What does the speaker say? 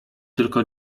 tylko